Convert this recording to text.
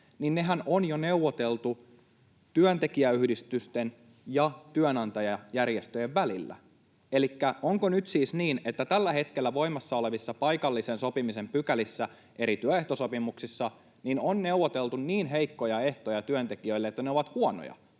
niin nehän on jo neuvoteltu työntekijäyhdistysten ja työnantajajärjestöjen välillä. Elikkä onko nyt siis niin, että tällä hetkellä voimassa olevissa paikallisen sopimisen pykälissä eri työehtosopimuksissa on neuvoteltu niin heikkoja ehtoja työntekijöille, että ne ovat huonoja?